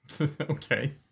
Okay